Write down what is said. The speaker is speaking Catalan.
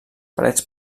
parets